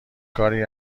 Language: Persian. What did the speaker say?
کاری